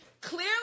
clearly